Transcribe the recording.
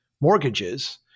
mortgages